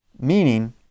Meaning